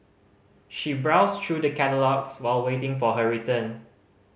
she browsed through the catalogues while waiting for her turn